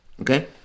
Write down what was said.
Okay